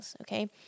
okay